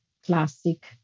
classic